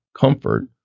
comfort